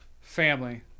family